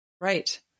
Right